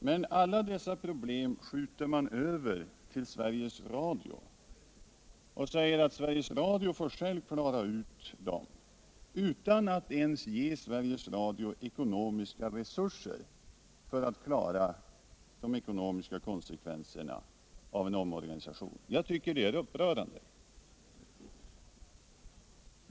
Men alla dessa problem skjuter man över till Sveriges Radio och säger att Sveriges Radio självt får klara ut dem — utan att ens ge Sveriges Radio ekonomiska resurser för att klara de ekonomiska konsekvenserna av en omorganisation. Jag tycker att det är upprörande.